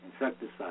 insecticide